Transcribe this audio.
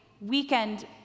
weekend